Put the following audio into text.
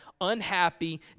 unhappy